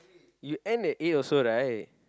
you end at A also right